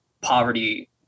Poverty